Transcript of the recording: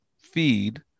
feed